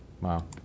Wow